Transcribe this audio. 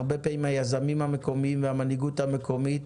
הרבה פעמים זה היזמים המקומיים והמנהיגות המקומית,